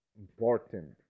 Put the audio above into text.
Important